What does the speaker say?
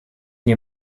nie